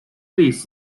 类似